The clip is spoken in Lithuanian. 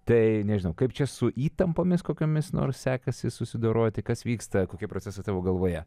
tai nežinau kaip čia su įtampomis kokiomis nors sekasi susidoroti kas vyksta kokie procesai tavo galvoje